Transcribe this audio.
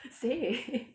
say